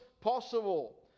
possible